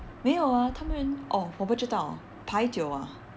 没有 ah 她们 oh 我不知道排久 ah